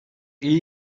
iyi